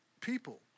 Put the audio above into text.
people